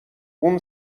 اون